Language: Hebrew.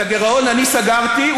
את הגירעון אני סגרתי.